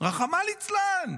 רחמנא ליצלן.